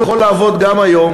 יכול לעבוד גם היום